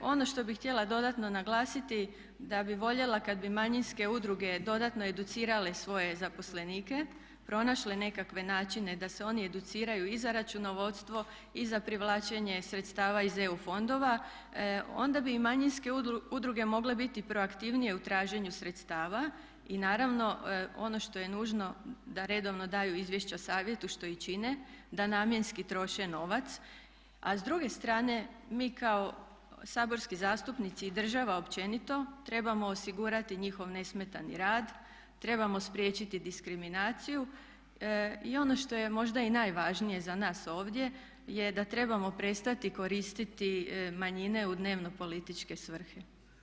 Ono što bih htjela dodatno naglasiti da bi voljela kad bi manjinske udruge dodatno educirale svoje zaposlenike, pronašle nekakve načine da se oni educiraju i za računovodstvo, i za privlačenje sredstava iz EU fondova onda bi i manjinske udruge mogle biti proaktivnije u traženju sredstava i naravno ono što je nužno da redovno daju izvješća Savjetu što i čine, da namjenski troše novac, a s druge strane mi kao saborski zastupnici i država općenito trebamo osigurati njihov nesmetani rad, trebamo spriječiti diskriminaciju i ono što je možda i najvažnije za nas ovdje je da trebamo prestati koristiti manjine u dnevno političke svrhe.